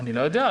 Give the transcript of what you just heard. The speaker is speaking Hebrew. אני לא יודע.